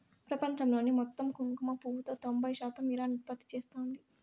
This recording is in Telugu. ప్రపంచంలోని మొత్తం కుంకుమ పువ్వులో తొంబై శాతం ఇరాన్ ఉత్పత్తి చేస్తాంది